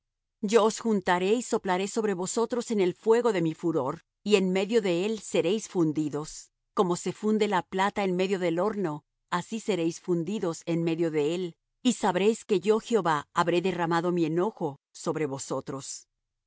os juntaré y soplaré sobre vosotros en el fuego de mi furor y en medio de él seréis fundidos como se funde la plata en medio del horno así seréis fundidos en medio de él y sabréis que yo jehová habré derramado mi enojo sobre vosotros